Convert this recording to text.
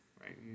right